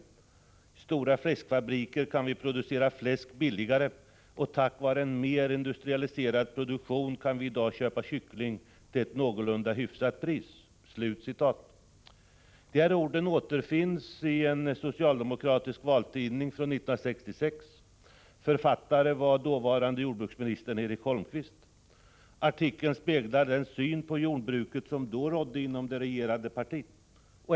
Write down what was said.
I stora ”fläskfabriker” kan vi producera fläsk billigare, och tack vare en mer industrialiserad produktion kan vi i dag köpa kyckling till ett någorlunda hyfsat pris.” De här orden återfinns i en socialdemokratisk valtidning från 1966. Författare var dåvarande jordbruksministern Eric Holmqvist. Artikeln speglar den syn på jordbruket som då rådde inom det regerande partiet.